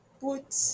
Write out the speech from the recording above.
put